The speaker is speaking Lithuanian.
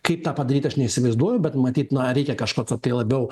kaip tą padaryt aš neįsivaizduoju bet matyt na reikia kažkokio tai labiau